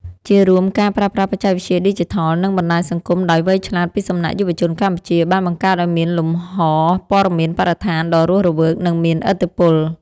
ជារួម ការប្រើប្រាស់បច្ចេកវិទ្យាឌីជីថល និងបណ្ដាញសង្គមដោយវៃឆ្លាតពីសំណាក់យុវជនកម្ពុជា បានបង្កើតឱ្យមានលំហព័ត៌មានបរិស្ថានដ៏រស់រវើក និងមានឥទ្ធិពល។